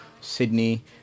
Sydney